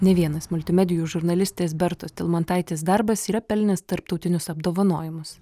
ne vienas multimedijų žurnalistės bertos telmantaitės darbas yra pelnęs tarptautinius apdovanojimus